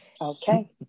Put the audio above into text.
okay